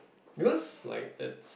because like it's